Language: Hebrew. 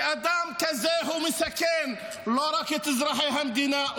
כי אדם כזה הוא מסכן לא רק את אזרחי המדינה,